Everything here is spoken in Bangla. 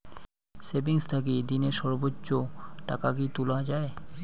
সেভিঙ্গস থাকি দিনে সর্বোচ্চ টাকা কি তুলা য়ায়?